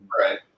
Right